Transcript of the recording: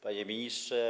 Panie Ministrze!